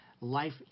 life